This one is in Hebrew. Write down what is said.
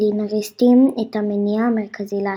מילינאריסטיים את המניע המרכזי להצהרה.